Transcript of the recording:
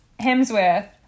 Hemsworth